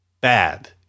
bad